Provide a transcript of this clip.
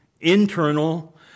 internal